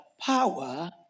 power